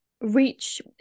reach